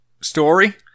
story